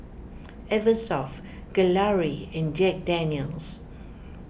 Eversoft Gelare and Jack Daniel's